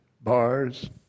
Bars